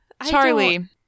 Charlie